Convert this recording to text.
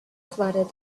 flooded